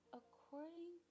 according